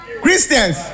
Christians